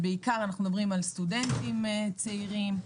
מדובר בעיקר על סטודנטים צעירים,